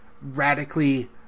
radically